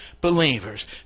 believers